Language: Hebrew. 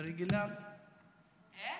אין?